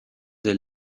des